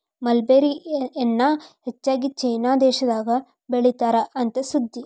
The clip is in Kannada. ಮಲ್ಬೆರಿ ಎನ್ನಾ ಹೆಚ್ಚಾಗಿ ಚೇನಾ ದೇಶದಾಗ ಬೇಳಿತಾರ ಅಂತ ಸುದ್ದಿ